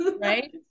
right